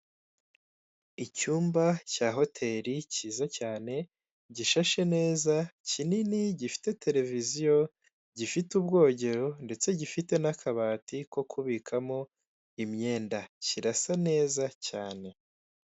Icyumba cya hoteri cyiza cyane, gishashe neza, kinini, gifite televiziyo, gifite ubwogero ndetse gifite n'akabati ko kubikamo imyenda, kirasa neza cyane.